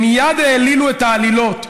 הם מייד העלילו את העלילות,